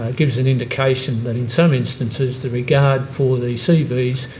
gives an indication that in some instances the regard for the so cvs